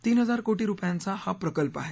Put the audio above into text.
तीन हजार कोटी रुपयांचा हा प्रकल्प आहे